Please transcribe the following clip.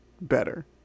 better